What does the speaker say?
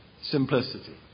Simplicity